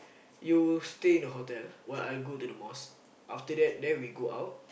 you stay in the hotel while I go to the mosque after that then we go out